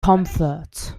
comfort